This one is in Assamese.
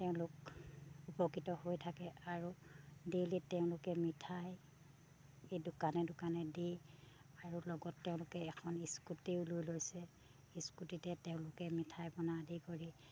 তেওঁলোক উপকৃত হৈ থাকে আৰু ডেইলি তেওঁলোকে মিঠাই এই দোকানে দোকানে দি আৰু লগত তেওঁলোকে এখন স্কুটিও লৈ লৈছে স্কুটিতে তেওঁলোকে মিঠাই কৰি